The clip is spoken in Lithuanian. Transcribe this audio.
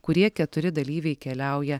kurie keturi dalyviai keliauja